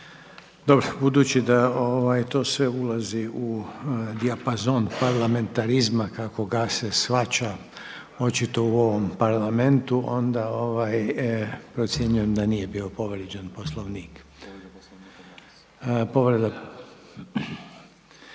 Dobro, budući da to sve ulazi u dijapazon parlamentarizma kako ga se shvaća očito u ovom Parlamentu, onda procjenjujem da nije bio povrijeđen Poslovnik. **Maras,